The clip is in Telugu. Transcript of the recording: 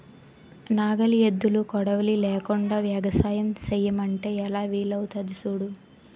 నాగలి, ఎద్దులు, కొడవలి లేకుండ ఎగసాయం సెయ్యమంటే ఎలా వీలవుతాది సూడు